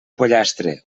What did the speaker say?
pollastre